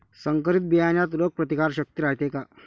संकरित बियान्यात रोग प्रतिकारशक्ती रायते का?